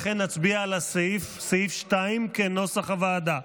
לכן, נצביע על סעיף 2 כנוסח הוועדה.